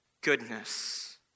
goodness